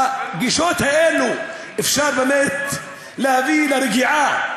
בגישות האלה אפשר באמת להביא לרגיעה,